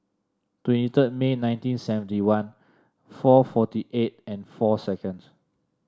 twenty third May nineteen seventy one four forty eight and four seconds